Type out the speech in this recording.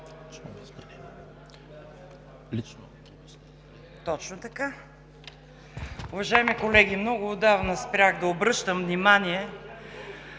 България): Уважаеми колеги, много отдавна спрях да обръщам внимание